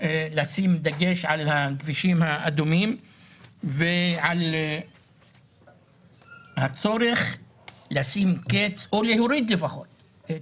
לשים דגש על הכבישים האדומים ועל הצורך לשים קץ או להוריד לפחות את